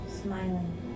smiling